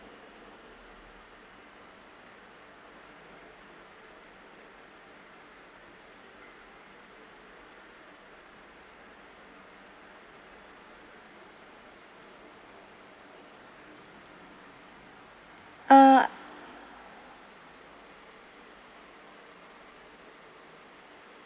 uh